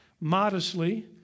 modestly